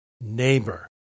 neighbor